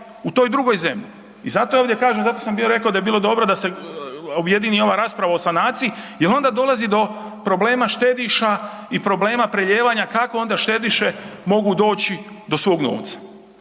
u toj drugoj zemlji. Zato sam bio rekao da bi bilo dobro da se objedini ova rasprava o sanaciji jel onda dolazi do problema štediša i do problema prelijevanja kako onda štediše mogu doći do svog novca.